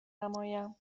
نمایم